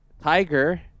Tiger